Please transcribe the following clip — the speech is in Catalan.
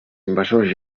invasors